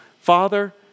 Father